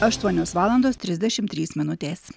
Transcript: aštuonios valandos trisdešimt trys minutės